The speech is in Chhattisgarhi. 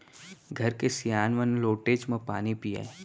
घर के सियान मन लोटेच म पानी पियय